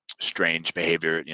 strange behavior,